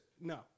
No